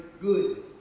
good